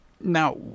Now